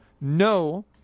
no